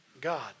God